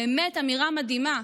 באמת אמירה מדהימה,